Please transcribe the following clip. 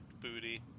booty